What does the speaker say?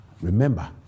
Remember